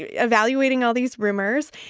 yeah evaluating all these rumors.